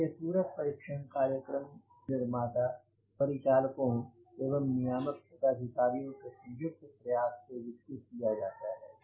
इसका पूरक परीक्षण कार्यक्रम निर्माता परिचालकों एवं नियामक पदाधिकारियों के संयुक्त प्रयास से विकसित किया जाता है